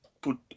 put